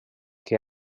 que